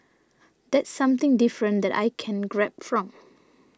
that's something different that I can grab from